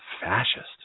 fascist